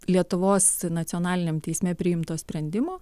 lietuvos nacionaliniam teisme priimto sprendimo